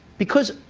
because,